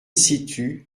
situ